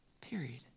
Period